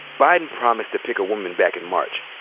biden promised to pick a woman back in march.